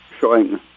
showing